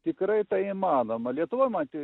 tikrai tai įmanoma lietuva maty